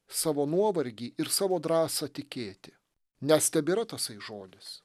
savo nuovargį ir savo drąsą tikėti nes tebėra tasai žodis